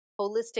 holistic